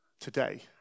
today